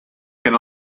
can